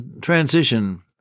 transition